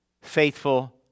Faithful